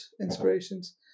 inspirations